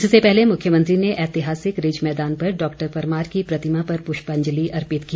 इससे पहले मुख्यमंत्री ने ऐतिहासिक रिज मैदान पर डॉ परमार की प्रतिमा पर पुष्पांजलि अर्पित की